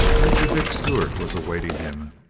major dick stewart was awaiting him,